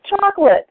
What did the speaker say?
chocolate